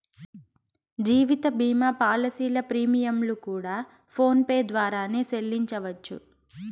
జీవిత భీమా పాలసీల ప్రీమియంలు కూడా ఫోన్ పే ద్వారానే సెల్లించవచ్చు